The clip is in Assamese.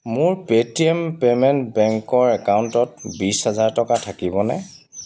মোৰ পে'টিএম পে'মেণ্ট বেংকৰ একাউণ্টত বিশ হেজাৰ টকা থাকিবনে